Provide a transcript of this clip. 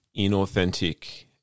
inauthentic